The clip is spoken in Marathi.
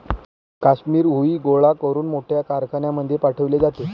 काश्मिरी हुई गोळा करून मोठ्या कारखान्यांमध्ये पाठवले जाते